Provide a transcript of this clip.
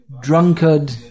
drunkard